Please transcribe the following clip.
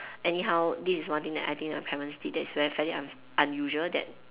anyhow this is one thing that I think my parents did that's very fairly un~ unusual that